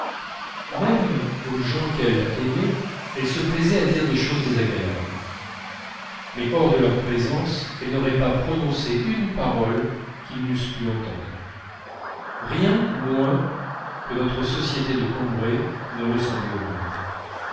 même aux gens qu'elle aimait elle se plaisait à dire des choses désagréables mais hors de leur présence elle n'aurait pas prononcé une parole qu'ils n'eussent pu entendre rien moins que notre société de combray ne ressemblait au monde